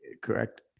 Correct